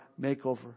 makeover